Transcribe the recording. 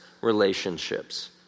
relationships